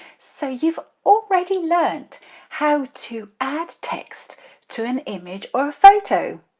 so you've already learnt how to add text to an image or a photo!